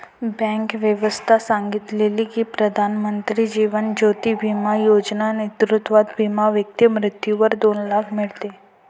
bank व्यवस्था सांगितले की, पंतप्रधान जीवन ज्योती बिमा योजना नेतृत्वात विमा व्यक्ती मृत्यूवर दोन लाख मीडते